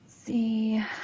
see